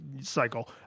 cycle